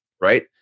right